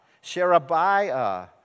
Sherebiah